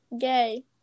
Gay